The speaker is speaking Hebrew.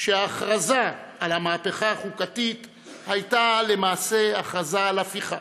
שההכרזה על המהפכה החוקתית הייתה למעשה הכרזה על הפיכה.